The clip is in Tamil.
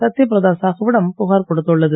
சத்யபிரதா சாஹுவிடம் புகார் கொடுத்துள்ளது